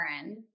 friend